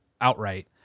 outright